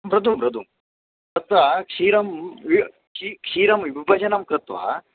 मृदुः मृदुः तत्र क्षीरं क्षीरस्य विभाजनं कृत्वा